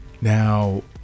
Now